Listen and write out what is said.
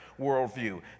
worldview